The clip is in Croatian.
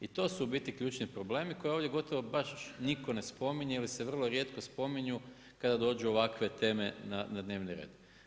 I to su u biti ključni problemi koje ovdje gotovo baš nitko ne spominje ili se vrlo rijetko spominju kada dođu ovakve teme na dnevni red.